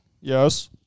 Yes